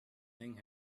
thing